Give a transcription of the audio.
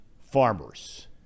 Farmers